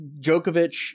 Djokovic